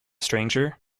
stranger